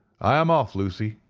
i am off, lucy,